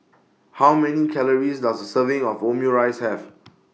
How Many Calories Does A Serving of Omurice Have